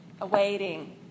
awaiting